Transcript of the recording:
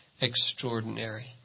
extraordinary